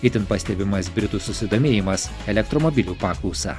itin pastebimas britų susidomėjimas elektromobilių paklausa